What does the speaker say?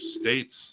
states